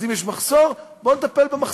אז אם יש מחסור, בואו נטפל במחסור.